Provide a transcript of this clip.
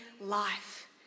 life